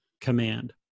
Command